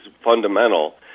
fundamental